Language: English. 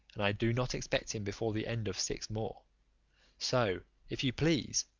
and i do not expect him before the end of six more so, if you please,